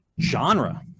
genre